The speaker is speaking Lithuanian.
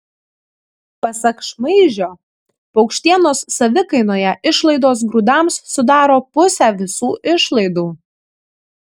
pasak šmaižio paukštienos savikainoje išlaidos grūdams sudaro pusę visų išlaidų